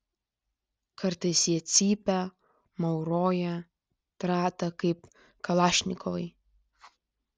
kartais jie cypia mauroja trata kaip kalašnikovai